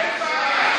אין בעיה.